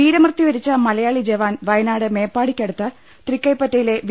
വീരമൃത്യു വരിച്ച മലയാളി ജവാൻ വയനാട് മേപ്പാടിക്ക ടുത്ത് തൃക്കൈപ്പറ്റയിലെ വി